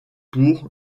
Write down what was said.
pour